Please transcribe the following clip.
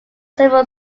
several